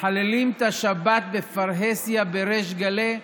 מחללים את השבת בפרהסיה, בריש גלי,